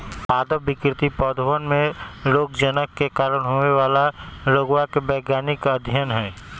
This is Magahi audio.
पादप विकृति पौधवन में रोगजनक के कारण होवे वाला रोगवा के वैज्ञानिक अध्ययन हई